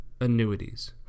annuities